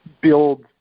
build